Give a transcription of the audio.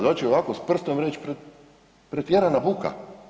Doći ovako s prstom i reći pretjerana buka?